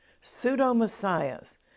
pseudo-messiahs